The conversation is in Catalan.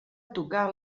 tocar